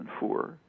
2004